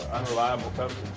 unreliable coverage.